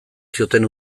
zioten